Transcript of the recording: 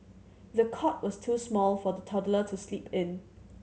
the cot was too small for the toddler to sleep in